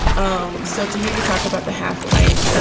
um so to hear you talk about the half pint,